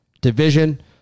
Division